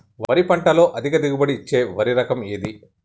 వరి పంట లో అధిక దిగుబడి ఇచ్చే వరి రకం ఏది?